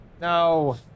No